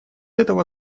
этого